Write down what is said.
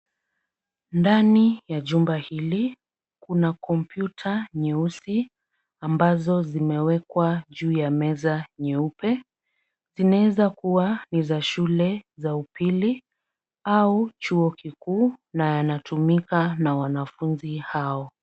Ndani ya jumba hili, kuna & computer nyeusi, ambazo zimewekwa juu ya meza nyeupe. Zinaweza kuwa ni za shule za upili au chuo kikuu na yanatumika na wanafunzi hao.